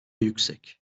yüksek